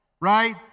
right